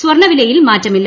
സ്വർണ്ണവിലയിൽ മാറ്റമില്ല